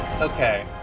Okay